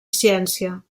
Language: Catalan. ciència